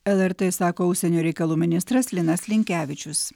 lrt sako užsienio reikalų ministras linas linkevičius